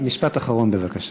משפט אחרון בבקשה.